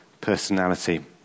personality